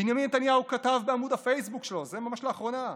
"בנימין נתניהו כתב בעמוד הפייסבוק שלו" זה ממש לאחרונה,